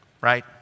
right